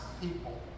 people